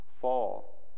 fall